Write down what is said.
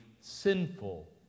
sinful